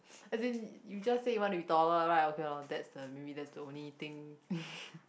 as in you just said you want to be taller right okay lor that's the maybe that's the only thing